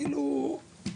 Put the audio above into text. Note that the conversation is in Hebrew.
כאילו,